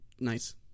Nice